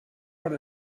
per